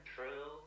True